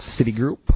Citigroup